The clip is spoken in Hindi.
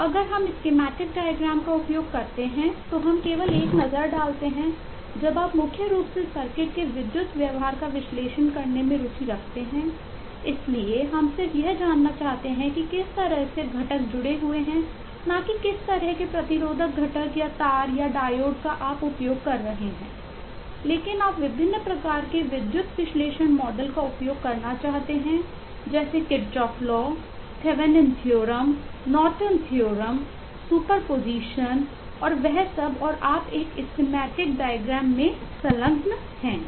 तो अगर हम स्कीमेटिक डायग्राम और वह सब और आप एक स्कीमेटिक डायग्राम schematic diagram में संलग्न हैं